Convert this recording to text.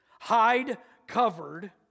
hide-covered